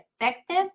effective